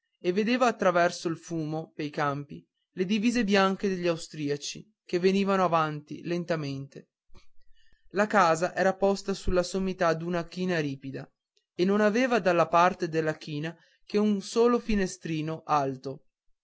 e vedeva a traverso al fumo pei campi le divise bianche degli austriaci che venivano avanti lentamente la casa era posta sulla sommità d'una china ripida e non aveva dalla parte della china che un solo finestrino alto